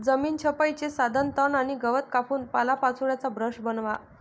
जमीन छपाईचे साधन तण आणि गवत कापून पालापाचोळ्याचा ब्रश बनवा